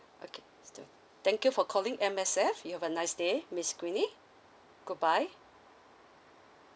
okay thank you for calling M_S_F you have a nice day miss queenie goodbye